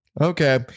okay